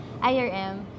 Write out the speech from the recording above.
IRM